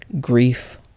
grief